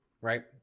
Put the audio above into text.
right